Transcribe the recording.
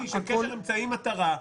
הכול ------ קשר אמצעי-מטרה.